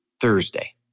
Thursday